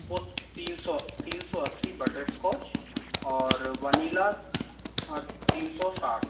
वो तीन सौ तीन सौ अस्सी बटरस्कॉच और वनीला तीन सौ साठ